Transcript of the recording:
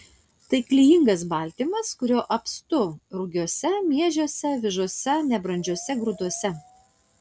tai klijingas baltymas kurio apstu rugiuose miežiuose avižose nebrandžiuose grūduose